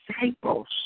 disciples